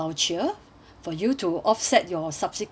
for you to offset your subsequent